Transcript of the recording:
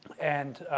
and